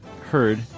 heard